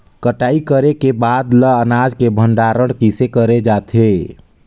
कटाई करे के बाद ल अनाज के भंडारण किसे करे जाथे?